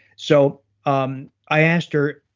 so um i asked her.